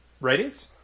Ratings